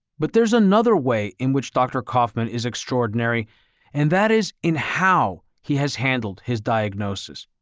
but there's another way in which dr. koffman is extraordinary and that is in how he has handled his diagnosis.